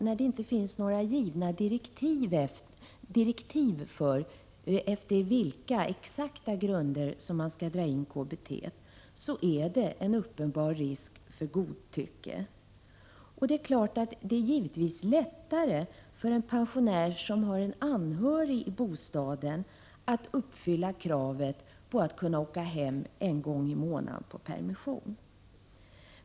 När det inte finns några givna direktiv som talar om efter vilka exakta grunder man skall dra in det kommunala bostadstillägget, finns det en uppenbar risk för godtycke. Givetvis är det lättare för en pensionär som har en anhörig i bostaden att uppfylla kravet på att kunna åka hem en gång i månaden på permission.